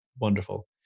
wonderful